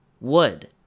wood